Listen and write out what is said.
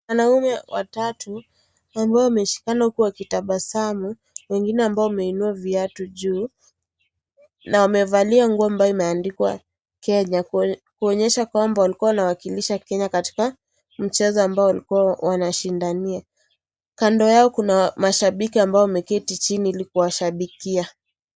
Wanaume watatu ambao wameshikana huku wakitabasamu, wengine ambao wameinua viatu juu na wamevalia nguo ambayo imeandikwa kenya kuonyesha kwamba walikuwa wanawakilisha kenya katika chezo ambao walikuwa wanashindania. Kando yao kuna mashabiki ambao wameketi chini ili kuwashabikia.